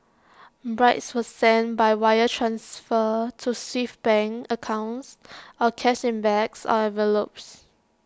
bribes were sent by wire transfer to Swiss bank accounts or cash in bags or envelopes